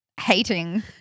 Hating